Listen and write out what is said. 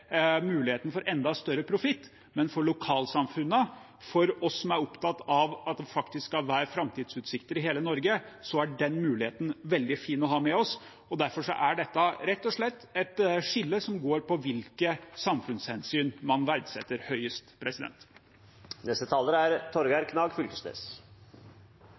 muligheten for enda større profitt, men for lokalsamfunnene, for oss som er opptatt av at det faktisk skal være framtidsutsikter i hele Norge, er den muligheten veldig fin å ha med seg. Derfor er dette rett og slett et skille som går på hvilke samfunnshensyn man verdsetter høyest. No er eg ganske liberal til sinns som person, og eg er